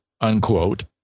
unquote